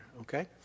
okay